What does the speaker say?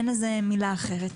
אין לזה מילה אחרת,